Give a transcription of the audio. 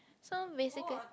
so basically